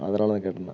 அதனால் தான் கேட்டேன்ணா